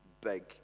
big